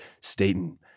Staten